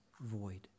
void